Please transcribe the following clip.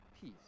Peace